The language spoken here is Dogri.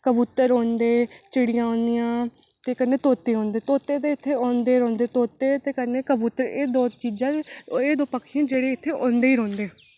कबूतर औंदे चिड़ियां औंदियां ते कन्नै तोते औंदे ते तोते ते कन्नै इत्थै औंदे गै औंदे ते कन्नै इत्थै कबूतर ते एह् दो चीज़ां पक्षी न जेह्ड़े इत्थै औंदे ई औंदे रौंह्दे